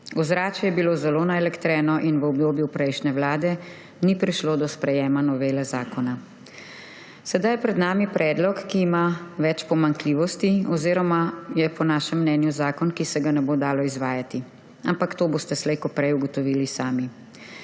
Ozračje je bilo zelo naelektreno in v obdobju prejšnje vlade ni prišlo do sprejetja novele zakona. Sedaj je pred nami predlog, ki ima več pomanjkljivosti oziroma je po našem mnenju zakon, ki se ga ne bo dalo izvajati. Ampak to boste slej ko prej ugotovili sami.